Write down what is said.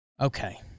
Okay